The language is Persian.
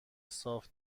صاف